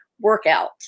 workout